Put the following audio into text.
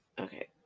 Okay